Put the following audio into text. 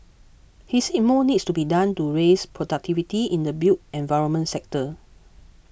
he said more needs to be done to raise productivity in the built environment sector